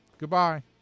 Goodbye